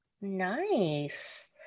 Nice